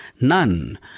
none